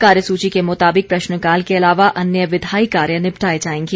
कार्यसूची के मुताबिक प्रश्नकाल के अलावा अन्य विधायी कार्य निपटाए जाएंगे